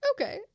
okay